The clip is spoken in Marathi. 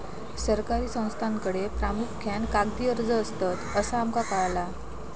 सरकारी संस्थांकडे प्रामुख्यान कागदी अर्ज असतत, असा आमका कळाला